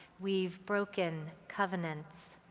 we've broken covenants,